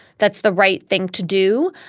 that's the right thing to do.